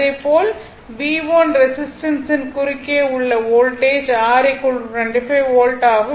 அதேபோல் r V1 ரெசிஸ்டன்ஸின் குறுக்கே உள்ள வோல்டேஜ் R 25 வோல்ட் ஆகும்